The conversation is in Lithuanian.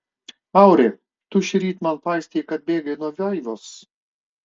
auri tu šįryt man paistei kad bėgai nuo vaivos